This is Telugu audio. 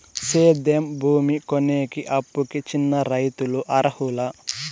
సేద్యం భూమి కొనేకి, అప్పుకి చిన్న రైతులు అర్హులా?